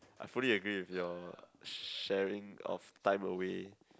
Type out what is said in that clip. I fully agree with your sharing of time away